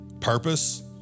purpose